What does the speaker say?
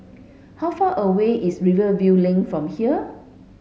how far away is Rivervale Lane from here